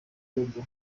robot